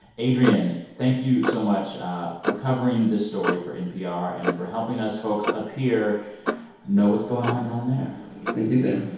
adrian, thank you so much ah for covering this story for npr and for helping us folks up here know what's going on down there thank you, sam